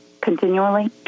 continually